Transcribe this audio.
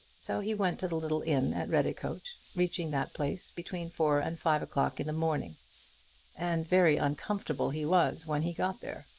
so he went to the little inn at redicote, reaching that place between four and five o'clock in the morning and very uncomfortable he was when he got there.